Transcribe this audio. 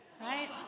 right